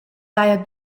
daja